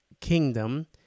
Kingdom